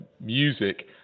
music